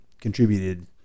contributed